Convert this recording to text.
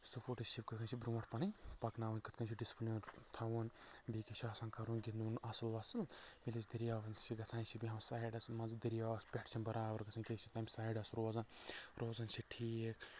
suppose ship کِتھ کٔنۍ چھِ برۄنٛٹھ پَنٕنۍ پَکناوٕنۍ کِتھ کٔنۍ چھُ ڈِسپٕلِن تھاوُن بیٚیہِ تہِ چھُ آسان کَرُن گنٛدُن اَصٕل وَصٕل ییٚلہِ أسۍ دریاون نِش چھِ گژھان اسہِ چھِ بیٚہوان سایڈَس مان ژٕ دریاوَس پٮ۪ٹھ چھِ نہٕ برابر گژھان کیٚنٛہہ أسۍ چھِ تمہِ سایڈَس روزان روزان چھِ ٹھیٖک